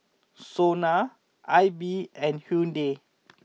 Sona Aibi and Hyundai